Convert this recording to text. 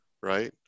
right